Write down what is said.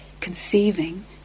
conceiving